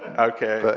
ok.